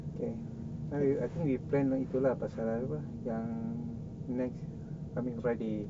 K how are you I think we plan itu lah pasal apa yang next I mean friday